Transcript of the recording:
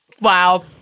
Wow